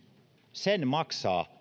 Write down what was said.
sen se maksaa